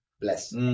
bless